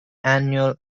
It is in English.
annual